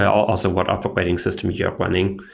also what operating system you're running.